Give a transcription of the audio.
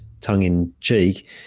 tongue-in-cheek